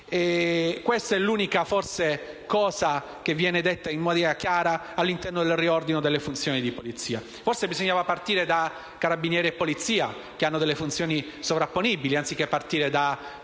Questa è l'unica cosa che viene detta in maniera chiara all'interno del riordino delle funzioni di polizia. Forse bisognava partire da carabinieri e polizia, che hanno funzioni sovrapponibili, anziché dal Corpo forestale.